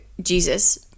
Jesus